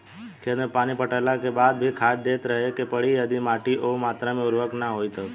खेत मे पानी पटैला के बाद भी खाद देते रहे के पड़ी यदि माटी ओ मात्रा मे उर्वरक ना होई तब?